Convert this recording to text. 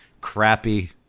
crappy